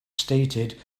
stated